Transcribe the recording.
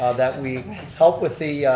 um that we help with the,